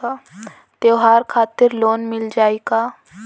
त्योहार खातिर लोन मिल जाई का?